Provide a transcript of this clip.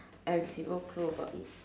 I have zero clue about it